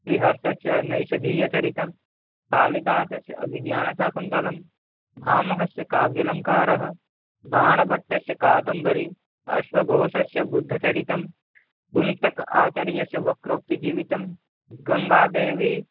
श्रीहर्षस्य नैषधीयचरितं कालिदासस्य अभिज्ञानशाकुन्तलं भामहस्य काव्यालङ्कारः बाणभट्टस्य कादम्बरी अश्वघोषस्य बुद्धचरितं कुन्तक् आचार्यस्य वक्रोक्तिजीवितं गङ्गादेवी